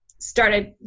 started